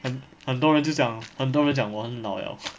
很很多人就讲很多人讲我很老 liao